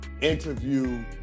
interview